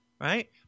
right